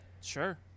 sure